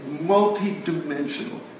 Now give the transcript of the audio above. multi-dimensional